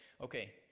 okay